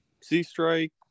C-Strike